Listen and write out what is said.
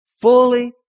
Fully